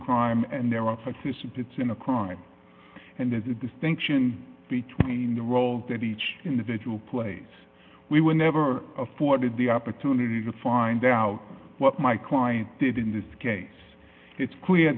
crime and their offices it's in a crime and there's a distinction between the roles that each individual plays we were never afforded the opportunity to find out what my client did in this case it's clear